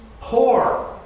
poor